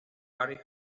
gary